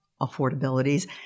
affordabilities